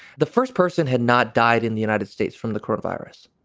the first person had not died in the united states from the core virus.